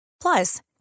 Plus